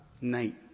night